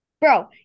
Bro